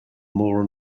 more